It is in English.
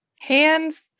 hands